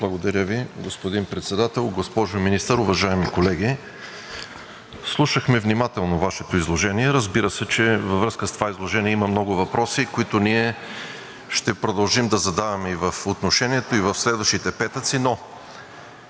Благодаря Ви, господин Председател. Госпожо Министър, уважаеми колеги! Слушахме внимателно Вашето изложение, разбира се, че във връзка с това изложение има много въпроси, които ние ще продължим да задаваме и в отношението, и в следващите петъци, но